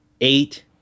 eight